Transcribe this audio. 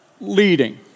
leading